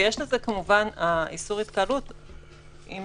איסור התקהלות - אם